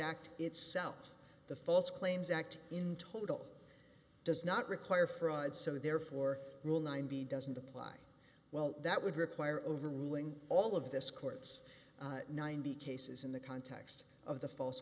act itself the false claims act in total does not require fraud so therefore rule nine b doesn't apply well that would require overruling all of this court's ninety cases in the context of the false